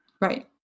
Right